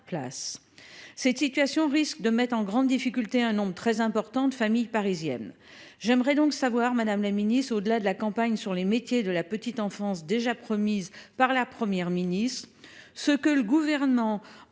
Cette situation risque de mettre en grande difficulté de très nombreuses familles parisiennes. J'aimerais donc savoir, madame la ministre, au-delà de la campagne sur les métiers de la petite enfance déjà promise par la Première ministre, ce que le Gouvernement